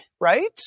right